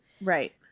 Right